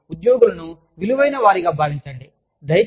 కాబట్టి ఉద్యోగులను విలువైన వారిగా భావించండి